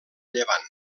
llevant